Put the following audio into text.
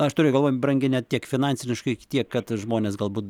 aš turiu galvoj brangi ne tiek finansiškai tiek kad žmonės galbūt